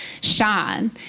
shine